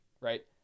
right